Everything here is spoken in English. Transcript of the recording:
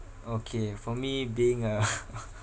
okay for me being a